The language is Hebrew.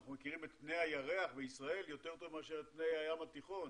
אנחנו מכירים את פני הירח בישראל יותר מאשר את פני הים התיכון,